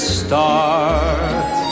start